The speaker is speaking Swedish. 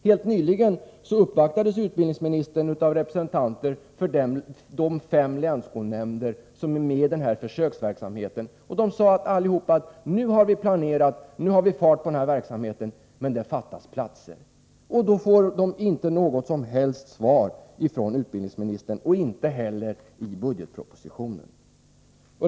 Helt nyligen uppvaktades utbildningsministern av representanter för de fem länsskolnämnder som är engagerade i denna försöksverksamhet. De framförde då till utbildningsministern att man planerat och fått fart på verksamheten men att det fattas platser. De fick inte något som helst svar från utbildningsministern. Något svar finns inte heller i budgetpropositionen.